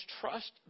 trust